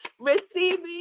receiving